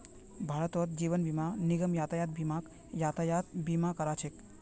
भारतत जीवन बीमा निगम यातायात बीमाक यातायात बीमा करा छेक